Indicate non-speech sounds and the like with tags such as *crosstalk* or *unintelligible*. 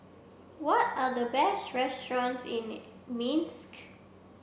what are the best restaurants in *unintelligible* Minsk